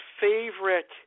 favorite